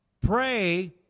Pray